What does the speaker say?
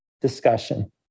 discussion